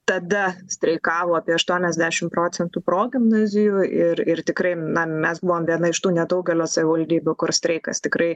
tada streikavo apie aštuoniasdešim procentų progimnazijų ir ir tikrai na mes buvom viena iš tų nedaugelio savivaldybių kur streikas tikrai